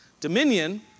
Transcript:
Dominion